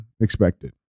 expected